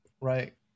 right